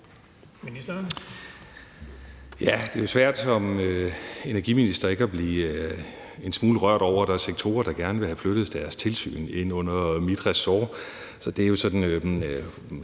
Det er jo svært som energiminister ikke at blive en smule rørt over, at der er sektorer, der gerne vil have flyttet deres tilsyn ind under mit ressort.